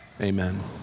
amen